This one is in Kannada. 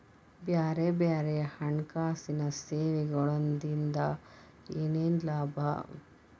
ಬ್ಯಾರೆ ಬ್ಯಾರೆ ಹಣ್ಕಾಸಿನ್ ಸೆವೆಗೊಳಿಂದಾ ಏನೇನ್ ಲಾಭವ?